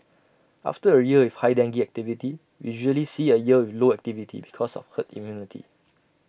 after A year with high dengue activity we usually see A year with low activity because of herd immunity